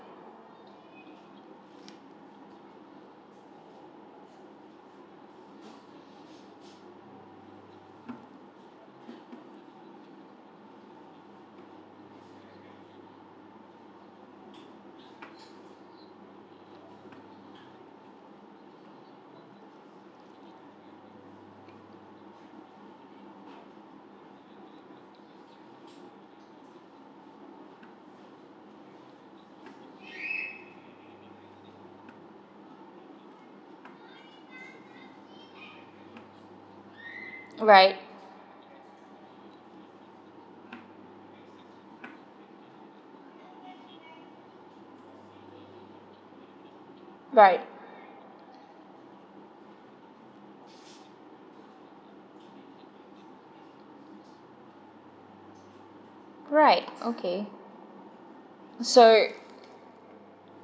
right right right okay so